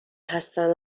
هستن